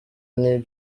new